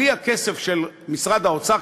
בלי הכסף של משרד האוצר,